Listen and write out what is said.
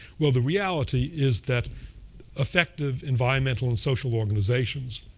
well, the reality is that effective environmental and social organizations,